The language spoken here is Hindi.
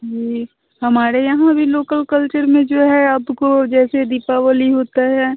जी हमारे यहाँ भी लोकल कल्चर में जो है आपको जैसे दीपावली होता है